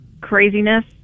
craziness